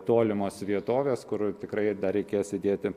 tolimos vietovės kur tikrai dar reikės įdėti